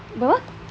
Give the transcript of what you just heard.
berapa